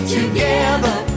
together